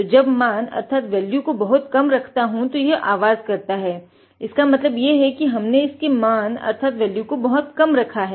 तो जब मान अर्थात वैल्यू को बहुत कम रखता हूँ तो यह आवाज़ करता है जिसका मतलब यह है कि हमने इसके मान अर्थात वैल्यू को बहुत कम रखा है